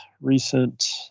recent